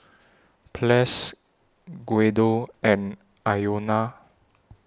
Ples Guido and Iona